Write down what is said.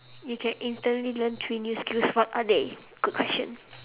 you can instantly learn three new skills what are they good question